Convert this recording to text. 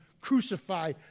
crucify